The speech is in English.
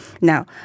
Now